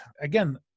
again